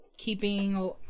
keeping